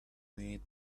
made